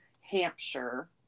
Hampshire